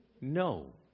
No